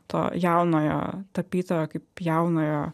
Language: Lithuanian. to jaunojo tapytojo kaip jaunojo